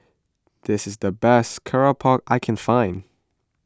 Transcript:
this is the best Keropok I can find